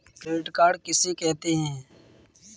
Credit card किसे कहते हैं?